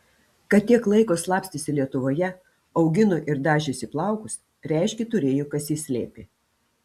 kad tiek laiko slapstėsi lietuvoje augino ir dažėsi plaukus reiškia turėjo kas jį slėpė